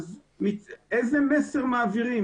איזה מסר מעבירים?